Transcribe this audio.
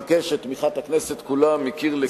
מבקש את תמיכת הכנסת כולה מקיר לקיר,